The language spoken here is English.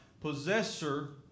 possessor